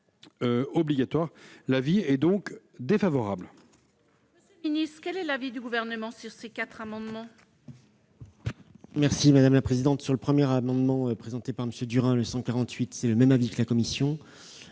L'avis est donc défavorable.